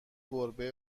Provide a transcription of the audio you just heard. گربه